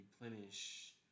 replenish